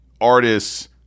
artists